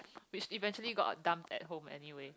which eventually got dumped at home anyway